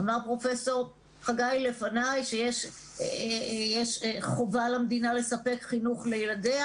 פרופסור לוין אמר לפני שיש חובה על המדינה לספק חינוך לילדיה.